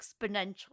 exponential